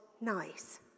nice